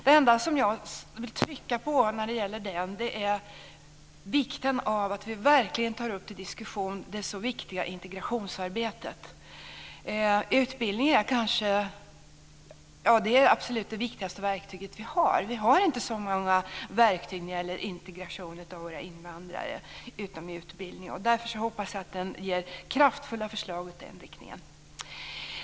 Det enda jag vill trycka på när det gäller den är vikten av att vi verkligen tar upp till diskussion det så viktiga integrationsarbetet. Utbildning är absolut det viktigaste verktyget vi har. Vi har inte så många verktyg utom utbildning när det gäller integration av våra invandrare. Därför hoppas jag att vi får kraftfulla förslag i den riktningen.